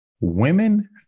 Women